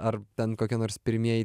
ar ten kokie nors pirmieji